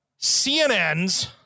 CNN's